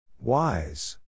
Wise